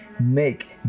make